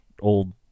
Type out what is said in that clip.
old